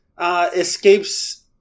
escapes